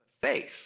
Faith